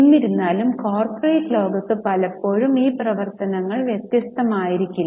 എന്നിരുന്നാലും കോർപ്പറേറ്റ് ലോകത്ത് പലപ്പോഴും ഈ പ്രവർത്തനങ്ങൾ വ്യത്യസ്തമായിരിക്കില്ല